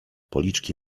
policzki